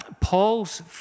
Paul's